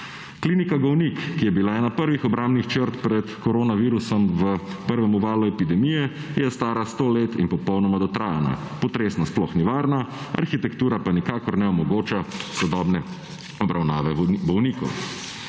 Klinika Golnik, ki je bila ena prvih obrambnih črt pred koronavirusom v prvem valu epidemije, je stara 100 let in popolnoma dotrajana. Potresno sploh ni varna, arhitektura pa nikakor ne omogoča sodobne obravnave bolnikov.